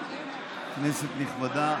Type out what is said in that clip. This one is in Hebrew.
כנסת נכבדה,